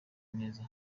neza